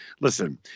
Listen